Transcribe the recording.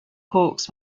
hawks